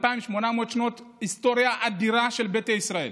2,800 שנות היסטוריה אדירה של ביתא ישראל.